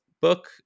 book